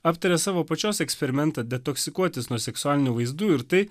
aptaria savo pačios eksperimentą detoksikuotis nuo seksualinių vaizdų ir tai